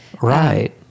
right